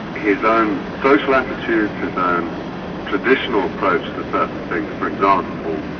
his own social attitudes, his own traditional approach to certain things, for example,